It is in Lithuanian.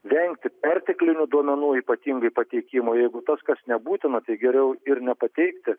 vengti perteklinių duomenų ypatingai pateikimo jeigu tas kas nebūtina tai geriau ir nepateikti